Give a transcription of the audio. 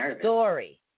story